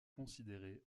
considérés